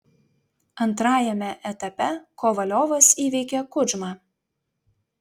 antrajame etape kovaliovas įveikė kudžmą